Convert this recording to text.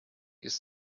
ist